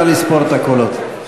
נא לספור את הקולות.